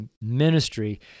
ministry